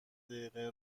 دقیقه